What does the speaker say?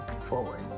forward